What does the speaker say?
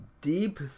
Deep